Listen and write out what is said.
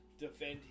Defend